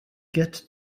get